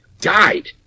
Died